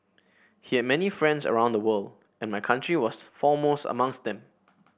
he had many friends around the world and my country was foremost amongst them